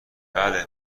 بله